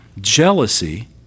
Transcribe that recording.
jealousy